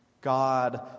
God